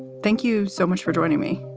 thank you so much for joining me.